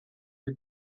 sie